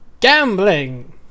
Gambling